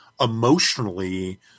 emotionally